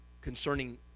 concerning